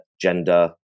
gender